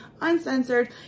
uncensored